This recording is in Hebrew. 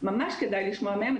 ממש כדאי לשמוע מהם.